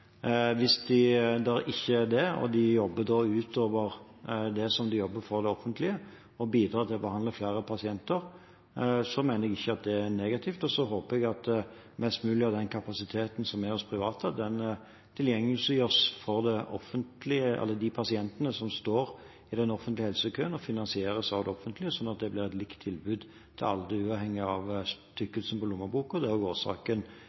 Hvis det ikke er det, og de jobber utover det som de jobber for det offentlige, og bidrar til å behandle flere pasienter, mener jeg at det ikke er negativt. Så håper jeg at mest mulig av den kapasiteten som er hos private, er tilgjengelig for de pasientene som står i den offentlige helsekøen, og som finansieres av det offentlige, sånn at det blir et likt tilbud til alle, uavhengig av tykkelsen på lommeboka. Det er også årsaken